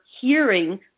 hearing